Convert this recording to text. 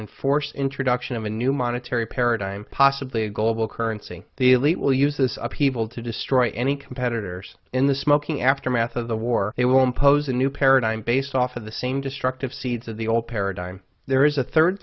and force introduction of a new monetary paradigm possibly a global currency the elite will use this upheaval to destroy any competitors in the smoking aftermath of the war they will impose a new paradigm based off of the same destructive seeds of the old paradigm there is a third